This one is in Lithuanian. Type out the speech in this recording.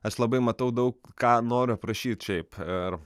aš labai matau daug ką noriu aprašyt šiaip ir